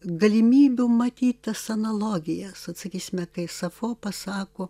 galimybių matyt tas analogijas vat sakysime kai safo pasako